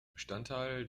bestandteil